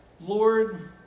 Lord